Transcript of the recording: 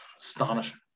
astonishing